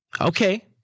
Okay